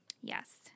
Yes